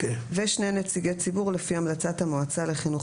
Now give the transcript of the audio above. (7) שני נציגי ציבור לפי המלצת המועצה לחינוך